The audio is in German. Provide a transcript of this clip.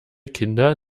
kinder